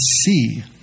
see